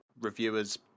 reviewers